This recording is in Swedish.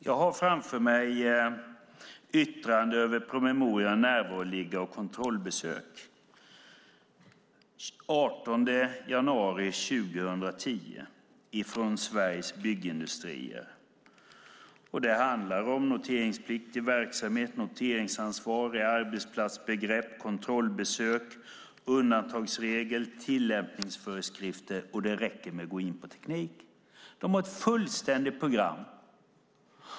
Jag har framför mig yttrande över promemorian Närvaroliggare och kontrollbesök från den 18 januari 2010 av Sveriges Byggindustrier. Det handlar om noteringspliktig verksamhet, noteringsansvariga, arbetsplatsbegrepp, kontrollbesök, undantagsregler och tillämpningsföreskrifter. Det räcker med att gå in på teknik. De har ett fullständigt program.